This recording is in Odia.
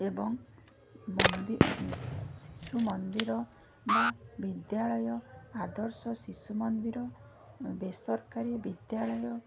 ଏବଂ ମନ୍ଦି ଶିଶୁ ମନ୍ଦିର ବା ବିଦ୍ୟାଳୟ ଆଦର୍ଶ ଶିଶୁ ମନ୍ଦିର ବେସରକାରୀ ବିଦ୍ୟାଳୟ